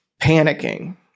panicking